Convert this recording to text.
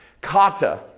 Kata